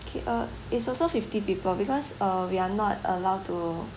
K uh it's also fifty people because uh we're not allowed to